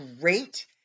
great